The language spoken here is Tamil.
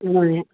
ஆமாங்க